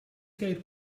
gate